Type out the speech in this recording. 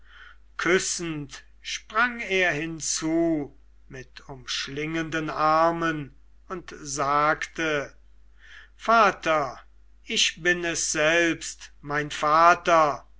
küssend sprang er hinzu mit umschlingenden armen und sagte vater ich bin es selbst mein vater